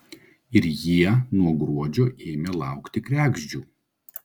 ir jie nuo gruodžio ėmė laukti kregždžių